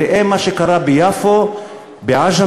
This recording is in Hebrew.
ראה מה שקרה ביפו בעג'מי,